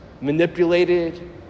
manipulated